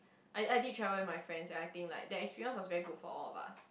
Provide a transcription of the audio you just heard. I I did travel with my friends and I think like that experience was very good for all of us